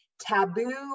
taboo